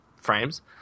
frames